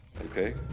okay